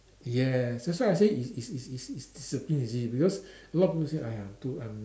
yes that's why I say is is is is is discipline you see because a lot people say !aiya! to I'm